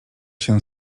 się